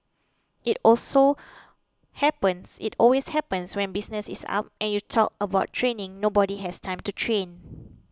it also happens it always happens when business is up and you talk about training nobody has time to train